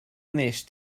wnest